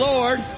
Lord